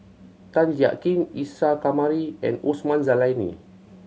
Tan Jiak Kim Isa Kamari and Osman Zailani